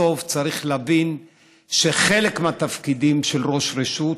בסוף צריך להבין שחלק מהתפקידים של ראש רשות,